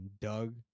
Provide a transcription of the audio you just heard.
Doug